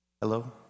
Hello